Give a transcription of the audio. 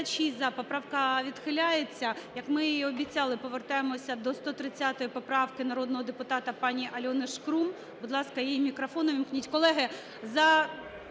За-76 Поправка відхиляється. Як ми і обіцяли, повертаємося до 130 поправки народного депутата пані Альони Шкрум. Будь ласка, їй мікрофон увімкніть. Колеги, за